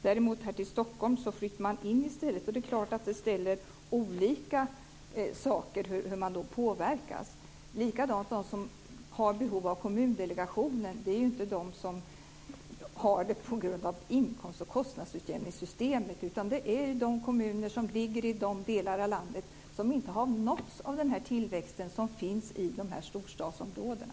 Däremot till Stockholm flyttar man in i stället. Det är klart att man då påverkas på olika sätt. På samma sätt är de som har behov av Kommundelegationen ju inte de som har det på grund av inkomst och kostnadsutjämningssystemet, utan det är de kommuner som ligger i de delar av landet som inte har nåtts av den tillväxt som finns i storstadsområdena.